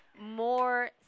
more